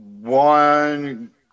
One